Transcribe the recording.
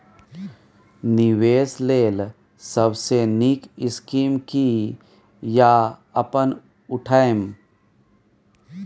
निवेश लेल सबसे नींक स्कीम की या अपन उठैम?